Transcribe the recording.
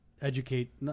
educate